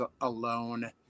alone